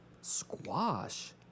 Squash